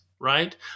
right